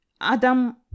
adam